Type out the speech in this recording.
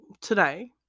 today